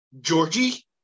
Georgie